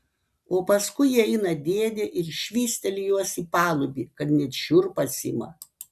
o paskui įeina dėdė ir švysteli juos į palubį kad net šiurpas ima